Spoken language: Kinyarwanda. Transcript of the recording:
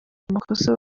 amakosa